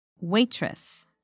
Waitress